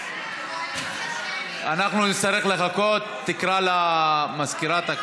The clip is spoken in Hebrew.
אנחנו נצטרך לחכות, תקרא למזכירה.